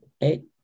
Eight